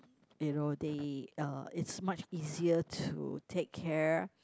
you know they uh it's much easier to take care